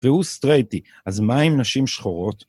והוא סטרייטי, אז מה עם נשים שחורות?